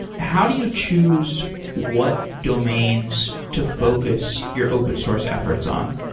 how do you choose what domains to focus your open source efforts on?